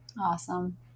Awesome